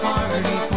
Party